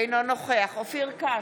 אינו נוכח אופיר כץ,